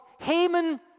Haman